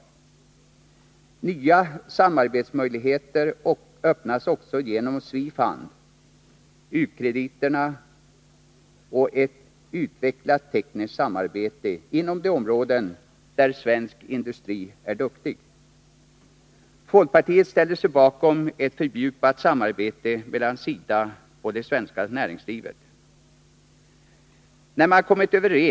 Genom SWEDFUND och u-krediterna öppnas också nya möjligheter till utvecklat tekniskt samarbete inom de områden där svensk industri är duktig. Folkpartiet ställer sig bakom ett fördjupat samarbete mellan SIDA och det svenska näringslivet.